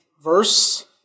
verse